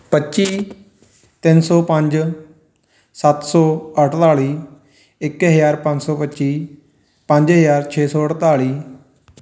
ਪੱਚੀ ਤਿੰਨ ਸੌ ਪੰਜ ਸੱਤ ਸੌ ਅਠਤਾਲੀ ਇੱਕ ਹਜ਼ਾਰ ਪੰਜ ਸੌ ਪੱਚੀ ਪੰਜ ਹਜ਼ਾਰ ਛੇ ਸੌ ਅਠਤਾਲੀ